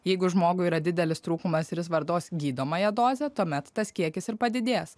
jeigu žmogui yra didelis trūkumas ir jis vartos gydomąją dozę tuomet tas kiekis ir padidės